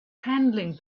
handling